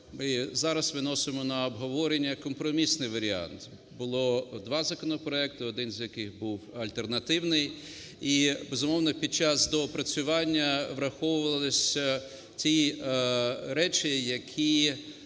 ми зараз виносимо на обговорення компромісний варіант. Було два законопроекти, один з яких був альтернативний. І, безумовно, під час доопрацювання, враховувалися ті речі, які,